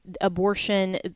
abortion